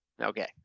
Okay